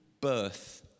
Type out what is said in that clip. birth